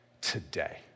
today